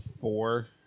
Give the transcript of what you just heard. four